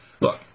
Look